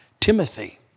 Timothy